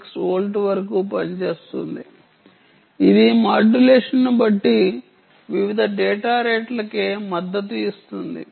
6 వోల్ట్ల వరకు పనిచేస్తుంది ఇది మాడ్యులేషన్ను బట్టి వివిధ డేటా రేట్లకు మద్దతు ఇస్తుంది